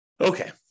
Okay